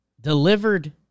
delivered